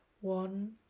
One